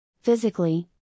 Physically